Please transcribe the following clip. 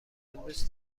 امروز